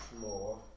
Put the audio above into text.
more